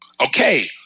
okay